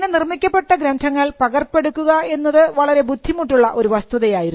ഇങ്ങനെ നിർമ്മിക്കപ്പെട്ട ഗ്രന്ഥങ്ങൾ പകർപ്പ് എടുക്കുക എന്നത് വളരെ ബുദ്ധിമുട്ടുള്ള ഒരു വസ്തുതയായിരുന്നു